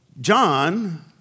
John